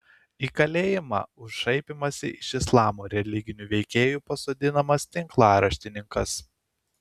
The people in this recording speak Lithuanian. į kalėjimą už šaipymąsi iš islamo religinių veikėjų pasodinamas tinklaraštininkas